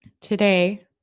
Today